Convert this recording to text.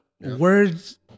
words